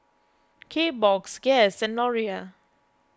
Kbox Guess and Laurier